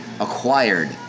acquired